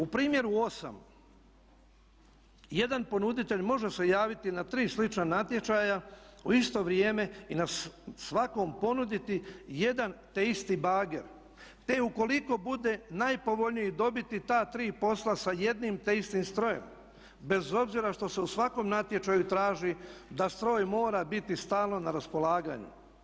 U primjeru 8 jedan ponuditelj može se javiti na tri slična natječaja u isto vrijeme i svakom ponuditi jedan te isti bager te ukoliko bude najpovoljniji dobiti ta tri posla sa jedno te istim strojem bez obzira što se u svakom natječaju traži da stroj mora biti stalno na raspolaganju.